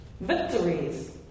victories